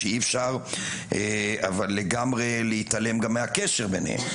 שאי אפשר אבל לגמרי להתעלם גם מהקשר ביניהם.